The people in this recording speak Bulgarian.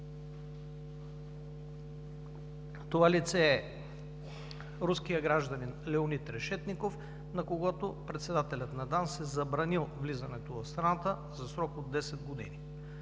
Това лице е руският гражданин Леонид Решетников, на когото председателят на ДАНС е забранил влизането в страната за срок от 10 години.